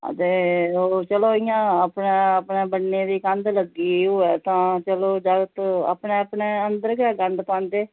हां ते ओह् चलो इ'यां अपने अपने बन्ने दी कंध लग्गी दी होऐ ता चलो जागत अपने अपने अंदर गै गंद पादें